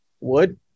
Wood